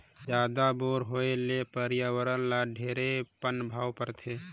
जादा बोर होए ले परियावरण ल ढेरे पनभाव परथे